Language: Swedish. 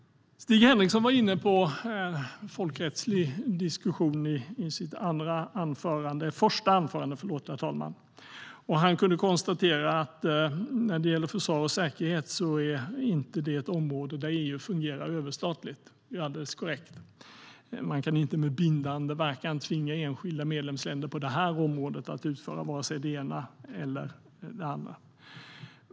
Stig Henriksson var inne på en folkrättslig diskussion i sitt första anförande. Han kunde konstatera att försvar och säkerhet inte är ett område där EU fungerar överstatligt. Det är alldeles korrekt. Man kan inte med bindande verkan tvinga enskilda medlemsländer att utföra det ena eller andra på det här området.